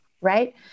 right